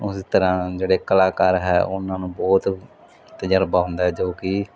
ਉਸੇ ਤਰ੍ਹਾਂ ਜਿਹੜੇ ਕਲਾਕਾਰ ਹੈ ਉਹਨਾਂ ਨੂੰ ਬਹੁਤ ਤਜ਼ਰਬਾ ਹੁੰਦਾ ਜੋ ਕਿ